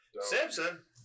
Simpson